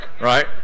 Right